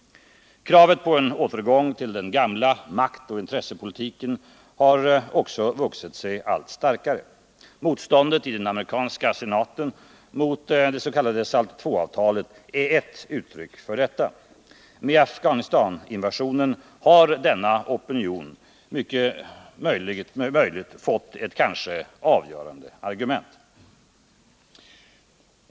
Kravet på en återgång till den gamla maktoch intressepolitiken har också vuxit sig allt starkare. Motståndet i den amerikanska senaten mot SALT II-avtalet är ett uttryck för detta. Med Afghanistaninvasionen har denna opinion fått ett kanske avgörande argument.